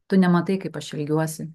tu nematai kaip aš ilgiuosi